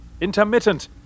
intermittent